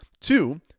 Two